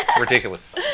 Ridiculous